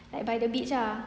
like by the beach ah